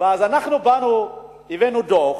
אנחנו הבאנו דוח